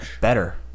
better